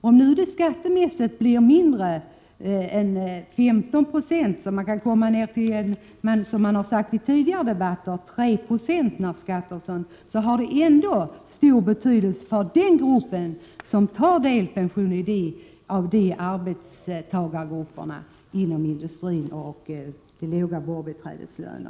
Om nettoresultatet efter skatt blir ca 3 90 skillnad har det ändå stor betydelse för lågavlönade arbetstagare inom industri och vård som tar delpension.